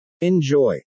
Enjoy